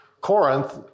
Corinth